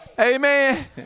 Amen